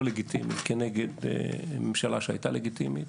לגיטימי כנגד ממשלה שהייתה לגיטימית.